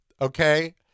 Okay